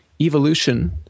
Evolution